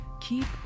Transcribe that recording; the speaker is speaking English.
keep